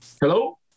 Hello